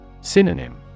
Synonym